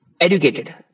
Educated